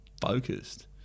focused